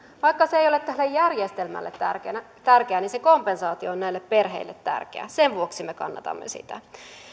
vaikka se ei ole tälle järjestelmälle tärkeä niin se kompensaatio on näille perheille tärkeä sen vuoksi me kannatamme sitä